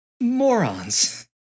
morons